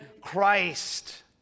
Christ